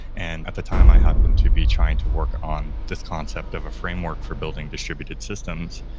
and at the time, i happened to be trying to work on this concept of a framework for building distributed systems.